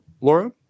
Laura